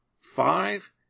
Five